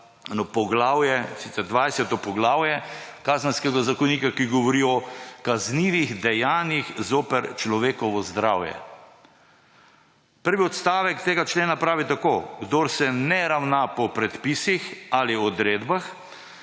pa za 20. poglavje Kazenskega zanika, ki govori o kaznivih dejanjih zoper človekovo zdravje. Prvi odstavek tega člena pravi tako: »Kdor se ne ravna po predpisih ali odredbah,